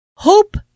Hope